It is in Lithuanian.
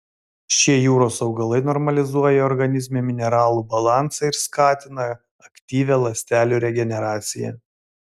šie jūros augalai normalizuoja organizme mineralų balansą ir skatina aktyvią ląstelių regeneraciją